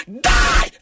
Die